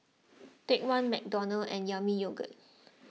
Take one McDonald's and Yami Yogurt